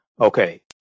Okay